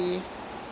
ya